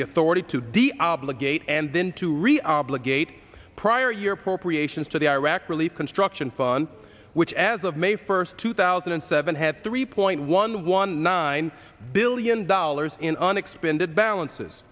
the authority to da obligate and then to re obligate prior year appropriations to the iraq relief construction fun which as of may first two thousand and seven had three point one one nine billion dollars in unexpended balances